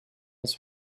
his